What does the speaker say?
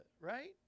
right